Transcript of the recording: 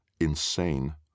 insane